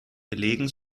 belegen